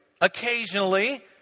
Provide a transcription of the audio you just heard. occasionally